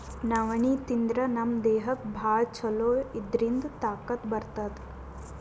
ನವಣಿ ತಿಂದ್ರ್ ನಮ್ ದೇಹಕ್ಕ್ ಭಾಳ್ ಛಲೋ ಇದ್ರಿಂದ್ ತಾಕತ್ ಬರ್ತದ್